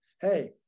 Hey